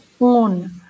own